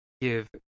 give